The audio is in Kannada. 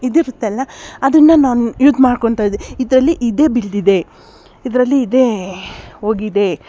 ಇದು ಇರತ್ತಲ್ಲ ಅದನ್ನು ನಾನು ಯೂಸ್ ಮಾಡ್ಕೊತಾ ಇದೆ ಇದರಲ್ಲಿ ಇದೇ ಬಿದ್ದಿದೆ ಇದರಲ್ಲಿ ಇದೇ ಹೋಗಿದೆ